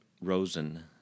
Rosen